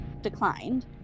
declined